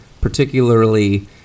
particularly